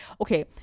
okay